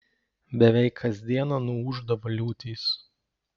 beveik kas dieną nuūždavo liūtys